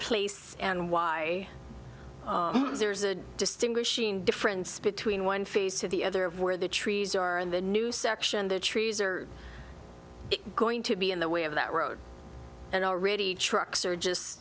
place and why there's a distinguishing difference between one phase to the other of where the trees are in the new section the trees are it's going to be in the way of that road and already trucks are just